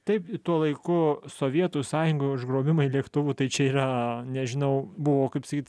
taip tuo laiku sovietų sąjungoj užgrobimai lėktuvų tai čia yra nežinau buvo kaip sakyt